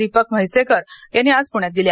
दीपक म्हैसेकर यांनी आज पुण्यात दिल्या